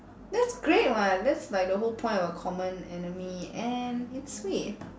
that's great [what] that's like the whole point of a common enemy and it's sweet